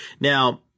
Now